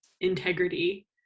integrity